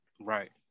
Right